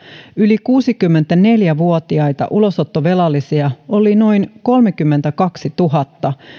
yli kuusikymmentäneljä vuotiaita ulosottovelallisia oli noin kolmekymmentäkaksituhatta